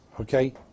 Okay